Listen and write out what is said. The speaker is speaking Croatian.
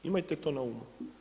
Imajte to na umu.